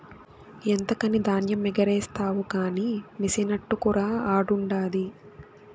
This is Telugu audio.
ఎంతకని ధాన్యమెగారేస్తావు కానీ మెసినట్టుకురా ఆడుండాది